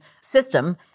system